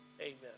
amen